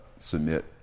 submit